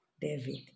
David